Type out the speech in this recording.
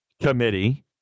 committee